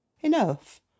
enough